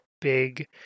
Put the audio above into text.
big